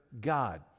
God